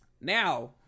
Now